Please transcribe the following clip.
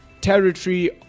territory